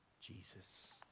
Jesus